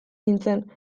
nintzen